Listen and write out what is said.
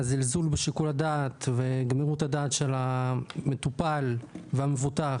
זלזול בשיקול הדעת וגמירות הדעת של המטופל והמבוטח,